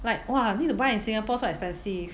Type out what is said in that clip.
like !wah! need to buy in singapore so expensive